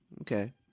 Okay